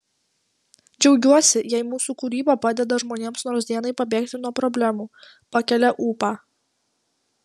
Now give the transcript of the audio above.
džiaugiuosi jei mūsų kūryba padeda žmonėms nors dienai pabėgti nuo problemų pakelia ūpą